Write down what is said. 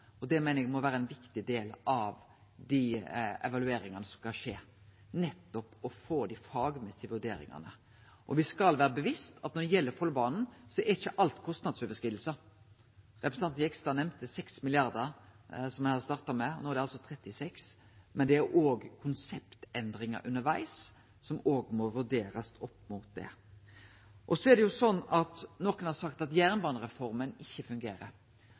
og det meiner eg må vere ein viktig del av dei evalueringane som skal skje, nettopp å få dei faglege vurderingane. Me skal vere bevisste på at når det gjeld Follobanen, er ikkje alt kostnadsoverskridingar. Representanten Jegstad nemnde 6 mrd. kr, som ein starta med. No er det altså 36 mrd. kr, men det er òg konseptendringar undervegs som må vurderast opp mot det. Nokon har sagt at jernbanereforma ikkje fungerer. Da har eg lyst til å seie at